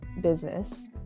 business